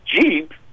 Jeep